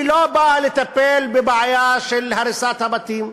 היא לא באה לטפל בבעיה של הריסת הבתים,